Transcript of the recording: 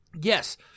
Yes